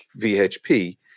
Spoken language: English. VHP